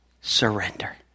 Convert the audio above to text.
surrender